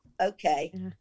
okay